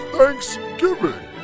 Thanksgiving